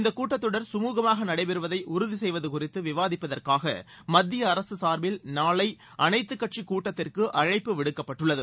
இந்தக் கூட்டத் தொடர் கமுகமாக நடைபெறுவதை உறுதி செய்வது குறித்து விவாதிப்பதற்காக மத்திய அரசு சார்பில் நாளை அனைத்துக் கட்சிக் கூட்டத்திற்கு அழைப்பு விடுக்கப்பட்டுள்ளது